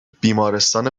بیمارستان